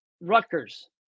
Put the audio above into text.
Rutgers